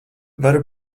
varu